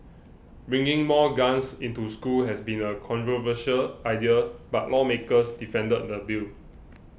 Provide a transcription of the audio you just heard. bringing more guns into school has been a controversial idea but lawmakers defended the bill